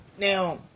Now